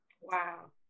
wow